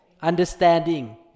Understanding